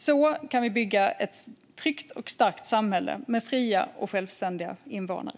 Så kan vi bygga ett tryggt och starkt samhälle med fria och självständiga invånare.